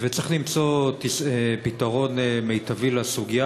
וצריך למצוא פתרון מיטבי לסוגיה.